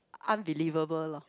unbelievable lor